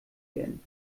werden